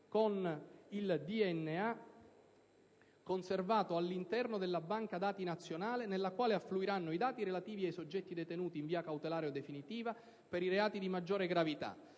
con il DNA conservato all'interno della banca dati nazionale, nella quale affluiranno i dati relativi ai soggetti detenuti in via cautelare o definitiva per i reati di maggiore gravità.